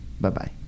bye-bye